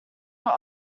were